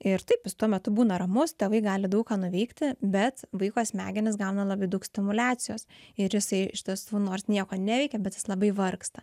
ir taip jis tuo metu būna ramus tėvai gali daug ką nuveikti bet vaiko smegenys gauna labai daug stimuliacijos ir jisai iš tiesų nors nieko neveikia bet jis labai vargsta